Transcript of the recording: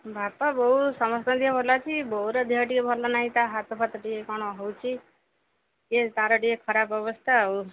ବାପା ବୋଉ ସମସ୍ତିଙ୍କ ଦେହ ଭଲ ଅଛି ଏ ବୋଉର ଦେହ ଟିକେ ଭଲ ନାହିଁ ଏଇ ହାତଫାତ ଟିକେ କ'ଣ ହେଉଛି ଟିକେ ତା'ର ଟିକେ ଖରାପ ଅବସ୍ଥା ଆଉ